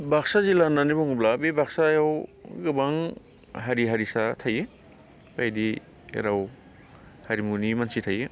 बाक्सा जिल्ला होननानै बुङोब्ला बे बाक्सायाव गोबां हारि हारिसा थायो बायदि राव हारिमुनि मानसि थायो